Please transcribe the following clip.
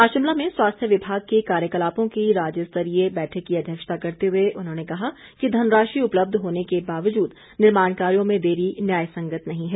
आज शिमला में स्वास्थ्य विभाग के कार्यकलापों की राज्य स्तरीय बैठक की अध्यक्षता करते हुए उन्होंने कहा कि धन राशि उपलब्ध होने के बावजूद निर्माण कायोँ में देरी न्यायसंगत नहीं है